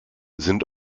sind